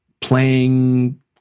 playing